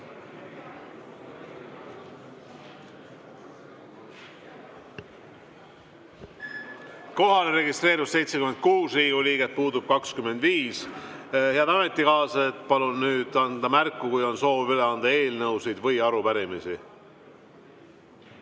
registreerus 76 Riigikogu liiget, puudub 25. Head ametikaaslased, palun nüüd anda märku, kui on soov üle anda eelnõusid või arupärimisi.